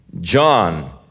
John